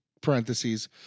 parentheses